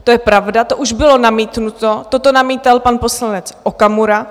To je pravda, to už bylo namítnuto, toto namítal pan poslanec Okamura.